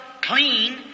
clean